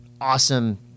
awesome